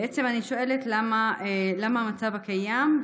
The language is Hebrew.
אני שואלת למה המצב הקיים,